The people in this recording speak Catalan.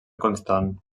constant